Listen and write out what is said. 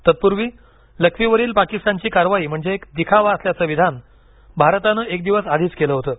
तत्पूर्वी लखवीवरील पाकिस्तानची कारवाई म्हणजे एक दिखावा असल्याचं विधान भारतानं एक दिवस आधीच केलं होतं